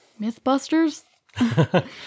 Mythbusters